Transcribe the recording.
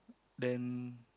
then